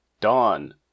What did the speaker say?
Dawn